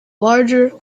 larger